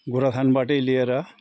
गोरुबथानबाटै लिएर